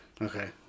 Okay